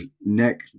neck